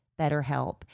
BetterHelp